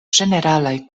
ĝeneralaj